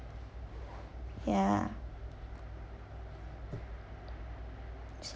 ya